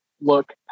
look